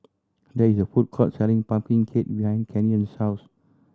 there is a food court selling pumpkin cake behind Canyon's house